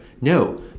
no